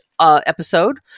episode